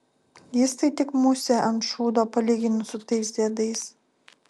jis tai tik musė ant šūdo palyginus su tais diedais